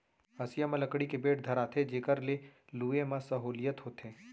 हँसिया म लकड़ी के बेंट धराथें जेकर ले लुए म सहोंलियत होथे